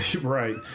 Right